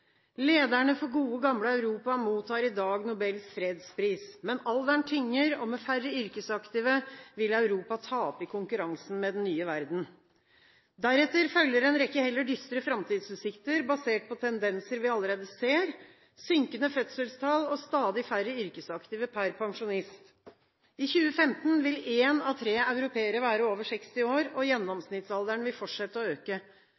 «Lederne for gode, gamle Europa mottar i dag Nobels fredspris. Men alderen tynger, og med færre yrkesaktive vil Europa tape i konkurransen med den nye verden.» Deretter følger en rekke heller dystre framtidsutsikter, basert på tendenser vi allerede ser: Synkende fødselstall og stadig færre yrkesaktive per pensjonist. I 2050 vil en av tre europeere være over 60 år, og gjennomsnittsalderen vil fortsette å øke.